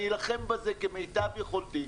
אני אלחם בזה כמיטב יכולתי.